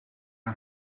aan